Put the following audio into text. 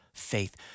faith